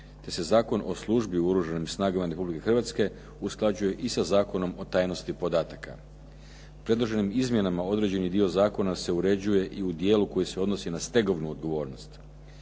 Te se Zakon o službi Oružanih snaga Republike Hrvatske usklađuje i sa Zakonom o tajnosti podataka. Predloženim izmjenama određeni dio zakona se uređuje i u djelu koje se uređuje i u djelu koji se odnosi i na stegovnu odgovornost.